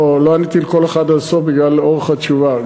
לא עניתי לכל אחד עד הסוף בגלל אורך התשובה,